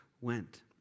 went